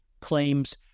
claims